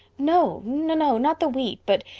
no. no. not the wheat. but.